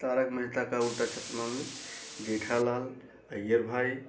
तारक मेहता का उलट चश्मा में जेठालाल अय्यर भाई